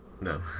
No